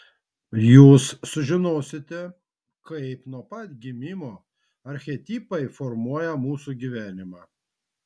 jūs sužinosite kaip nuo pat gimimo archetipai formuoja mūsų gyvenimą